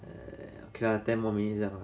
!hais! okay lah ten more minute liao